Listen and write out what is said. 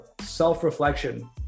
self-reflection